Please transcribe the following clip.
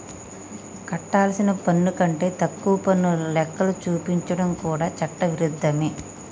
కట్టాల్సిన పన్ను కంటే తక్కువ పన్ను లెక్కలు చూపించడం కూడా చట్ట విరుద్ధమే